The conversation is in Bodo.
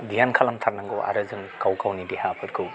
ध्यान खालामथारनांगौ आरो जों गाव गावनि देहाफोरखौ